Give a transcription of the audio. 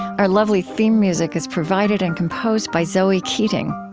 our lovely theme music is provided and composed by zoe keating.